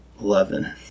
Eleven